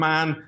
Man